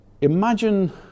imagine